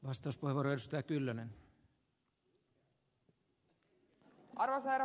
arvoisa herra puhemies